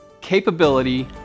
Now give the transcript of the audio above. capability